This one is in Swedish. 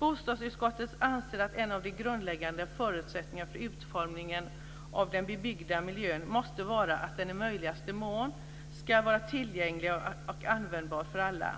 Bostadsutskottet anser att en av de grundläggande förutsättningarna för utformningen av den bebyggda miljön måste vara att den i möjligaste mån ska vara tillgänglig och användbar för alla.